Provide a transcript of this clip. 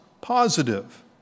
positive